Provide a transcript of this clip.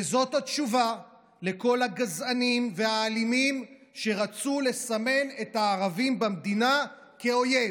וזאת התשובה לכל הגזענים והאלימים שרצו לסמן את הערבים במדינה כאויב,